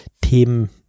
Themen